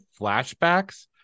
flashbacks